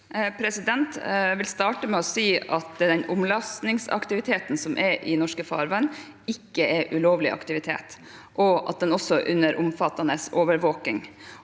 Jeg vil starte med å si at den omlastingsaktiviteten som er i norske farvann, ikke er ulovlig aktivitet, og at den også er under omfattende overvåking,